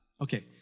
okay